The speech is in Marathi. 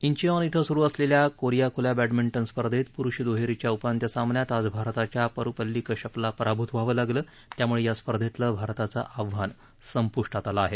इंचिऑन इथं सुरू असलेल्या कोरीया खूल्या बँडमिंटन स्पर्धेत पुरूष दुहेरीच्या उपांत्य सामन्यात आज भारताच्या परुपल्ली कश्यपला पराभृत व्हावं लागलं त्यामुळे या स्पर्धेतलं भारताचं आव्हान संपृष्टात आलं आहे